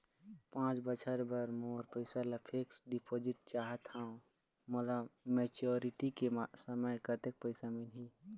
पांच बछर बर मोर पैसा ला फिक्स डिपोजिट चाहत हंव, मोला मैच्योरिटी के समय कतेक पैसा मिल ही?